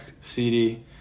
CD